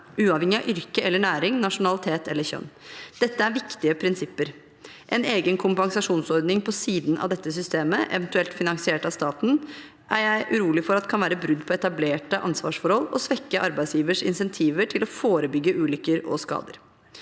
uavhengig av yrke, næring, nasjonalitet eller kjønn. Dette er viktige prinsipper. En egen kompensasjonsordning på siden av dette systemet, eventuelt finansiert av staten, er jeg urolig for at kan være brudd på etablerte ansvarsforhold og svekke arbeidsgivers insentiver til å forebygge ulykker og skader.